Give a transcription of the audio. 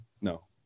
no